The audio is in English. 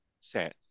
set